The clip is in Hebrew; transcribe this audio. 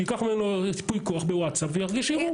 שייקח ממנו ייפוי כוח בוואטסאפ ויגיש ערעור.